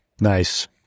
Nice